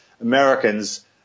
Americans